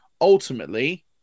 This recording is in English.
Ultimately